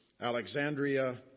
Alexandria